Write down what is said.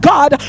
God